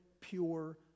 pure